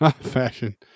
Fashion